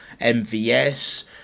MVS